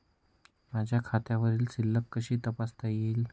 माझ्या खात्यावरील शिल्लक कशी तपासता येईल?